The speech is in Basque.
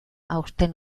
aurten